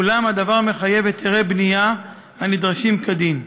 אולם הדבר מחייב היתרי בנייה הנדרשים כדין.